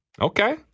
Okay